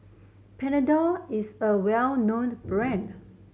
Panadol is a well known brand